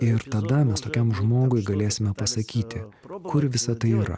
ir tada mes tokiam žmogui galėsime pasakyti kur visa tai yra